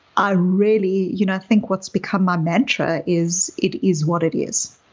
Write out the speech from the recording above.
i really. you know i think what's become my mantra is, it is what it is.